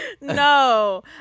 No